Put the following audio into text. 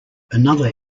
another